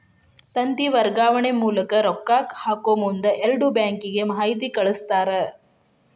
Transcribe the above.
ತಂತಿ ವರ್ಗಾವಣೆ ಮೂಲಕ ರೊಕ್ಕಾ ಹಾಕಮುಂದ ಎರಡು ಬ್ಯಾಂಕಿಗೆ ಮಾಹಿತಿ ಕಳಸ್ತಾರ